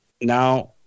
Now